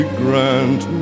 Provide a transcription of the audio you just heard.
grant